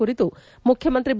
ಕುರಿತು ಮುಖ್ಯಮಂತ್ರಿ ಬಿ